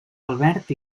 albert